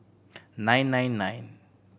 nine nine nine